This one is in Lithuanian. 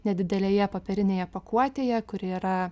nedidelėje popierinėje pakuotėje kuri yra